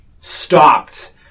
stopped